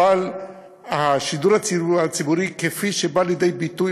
אבל השידור הציבורי כפי שהוא בא לידי ביטוי